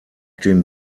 den